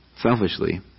selfishly